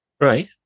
Right